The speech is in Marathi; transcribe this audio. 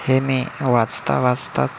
हे मी वाचता वाचताच